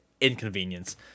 inconvenience